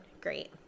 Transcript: great